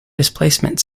displacement